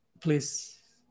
please